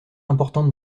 importante